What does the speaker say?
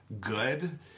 good